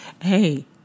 hey